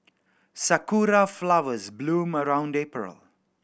sakura flowers bloom around April